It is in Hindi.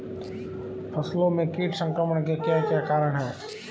फसलों में कीट संक्रमण के क्या क्या कारण है?